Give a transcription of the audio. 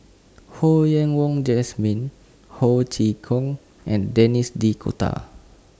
Ho Yen Wah Jesmine Ho Chee Kong and Denis D'Cotta